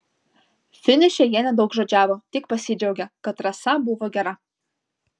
finiše jie nedaugžodžiavo tik pasidžiaugė kad trasa buvo gera